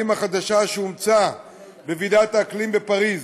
החדשה שאומצה בוועידת האקלים בפריז.